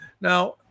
Now